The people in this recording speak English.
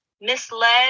misled